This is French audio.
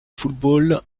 football